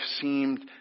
seemed